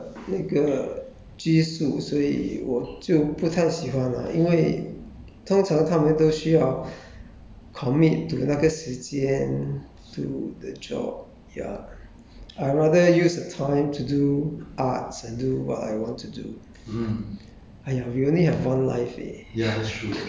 因为他的时间的那个所以我就不太喜欢啦因为通常他们都需要 commit to 那个时间 do the job yeah I rather use the time to do arts and do what I want to do